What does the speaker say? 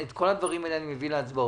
את כל הדברים האלה אני מביא להצבעות.